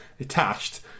attached